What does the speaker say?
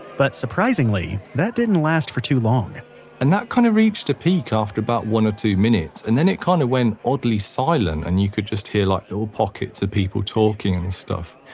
but, surprisingly, that didn't last for too long and that kind of reached a peak after about one or two minutes and then it kind of went oddly silent and you could just hear little pockets of people talking and and stuff.